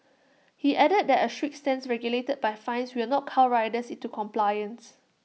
he added that A strict stance regulated by fines will not cow riders into compliance